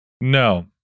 no